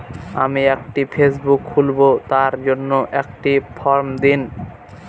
আমি একটি ফেসবুক খুলব তার জন্য একটি ফ্রম দিন?